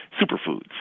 superfoods